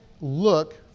look